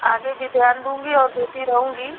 आगे भी ध्यान दूँगी और देती रहूँगी